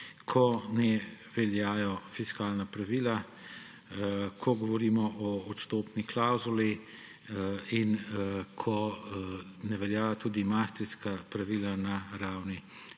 ko ne veljajo fiskalna pravila, ko govorimo o odstopni klavzuli in ko ne veljajo niti maastrichtska pravila na ravni